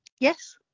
Yes